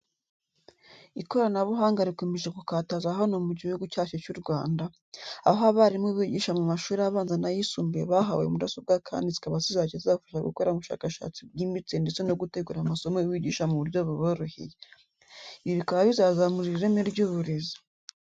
Ikoranabuhanga rikomeje gukataza hano mu gihugu cyacu cy'u Rwanda, aho abarimu bigisha mu mashuri abanza n'ayisumbuye bahawe mudasobwa kandi zikaba zizajya zibafasha mu gukora ubushakashatsi bwimbitse ndetse no gutegura amasomo bigisha mu buryo buboroheye. Ibi bikaba bizazamura ireme ry'uburezi.